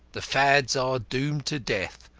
the fads are doomed to death,